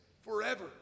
forever